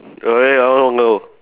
okay I don't know